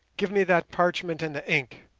give me that parchment and the ink.